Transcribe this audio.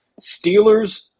Steelers